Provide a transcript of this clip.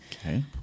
Okay